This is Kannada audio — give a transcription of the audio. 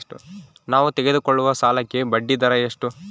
ನಾವು ತೆಗೆದುಕೊಳ್ಳುವ ಸಾಲಕ್ಕೆ ಬಡ್ಡಿದರ ಎಷ್ಟು?